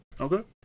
Okay